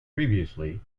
previously